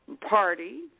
party